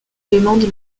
demande